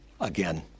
again